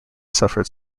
suffered